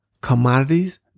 Commodities